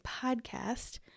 Podcast